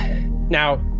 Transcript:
Now